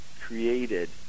created